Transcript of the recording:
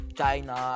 China